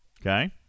Okay